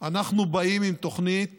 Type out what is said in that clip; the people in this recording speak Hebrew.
אנחנו באים עם תוכנית